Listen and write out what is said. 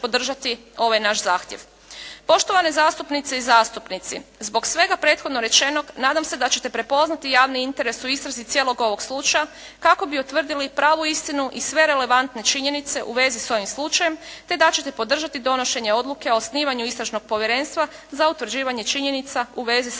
Poštovane zastupnice i zastupnici, zbog svega prethodno rečenog nadam se da ćete prepoznati javni interes u istrazi cijelog ovog slučaja kako bi utvrdili pravu istinu i sve relevantne činjenice u vezi s ovim slučajem, te da ćete podržati donošenje odluke o osnivanju Istražnog povjerenstva za utvrđivanje činjenica u vezi sa